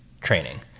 training